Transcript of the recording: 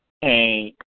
Hey